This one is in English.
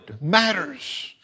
matters